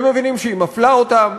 הם מבינים שהיא מפלה אותם,